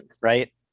right